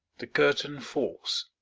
the curtain falls.